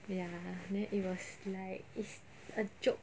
ya then it was like it's a joke